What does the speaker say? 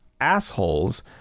assholes